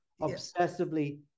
obsessively